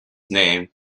name